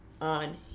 on